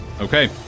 Okay